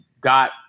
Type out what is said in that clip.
got